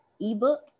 ebook